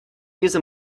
use